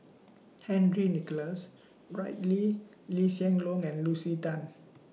Henry Nicholas Ridley Lee Hsien Loong and Lucy Tan